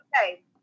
Okay